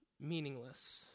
meaningless